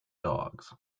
dogs